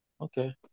Okay